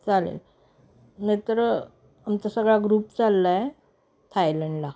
चालेल नाही तर आमचा सगळा ग्रुप चालला आहे थायलंडला